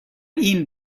این